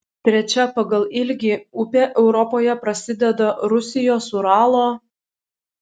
trečia pagal ilgį upė europoje prasideda rusijos uralo